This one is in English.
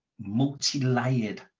multi-layered